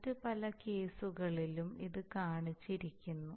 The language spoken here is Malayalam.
മറ്റ് പല കേസുകളിലും ഇത് കാണിച്ചിരിക്കുന്നു